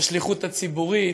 בשליחות הציבורית,